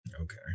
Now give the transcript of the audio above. Okay